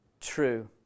true